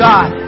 God